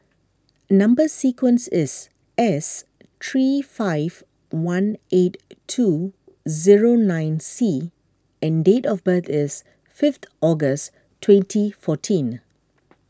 Number Sequence is S three five one eight two zero nine C and date of birth is fifth August twenty fourteen